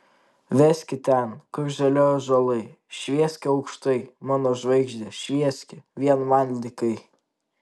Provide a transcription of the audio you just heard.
veski ten kur žali ąžuolai švieski aukštai mano žvaigžde švieski viena man likai